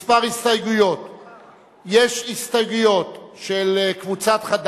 שי חרמש, ישראל חסון,